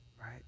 right